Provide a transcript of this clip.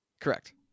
Correct